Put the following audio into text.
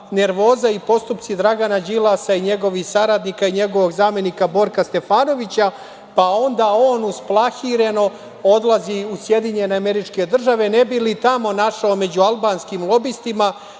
i postupci Dragana Đilasa i njegovih saradnika i njegovog zamenika Borka Stefanovića, pa onda on usplahireno odlazi u SAD ne bi li tamo našao među albanskim lobistima,